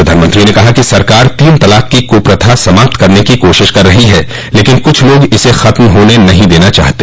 प्रधानमंत्री ने कहा कि सरकार तीन तलाक की कुप्रथा समाप्त करने की कोशिश कर रही है लेकिन कुछ लोग इसे खत्म होने नहीं देना चाहते